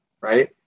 Right